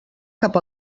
cap